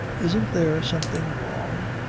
isn't there something wrong?